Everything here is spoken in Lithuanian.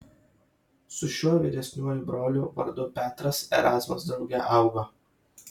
su šiuo vyresniuoju broliu vardu petras erazmas drauge augo